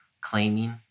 claiming